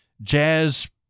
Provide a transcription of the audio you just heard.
jazz